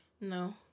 No